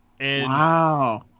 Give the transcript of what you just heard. Wow